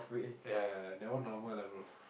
ya ya ya that one normal lah bro